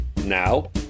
Now